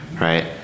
right